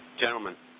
gentlemen,